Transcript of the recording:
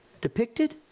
depicted